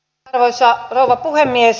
arvoisa rouva puhemies